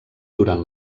durant